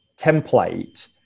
template